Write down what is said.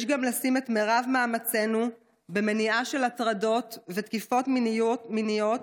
יש לשים את מרב מאמצינו במניעה של הטרדות ותקיפות מיניות,